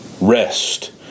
Rest